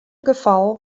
gefal